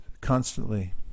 constantly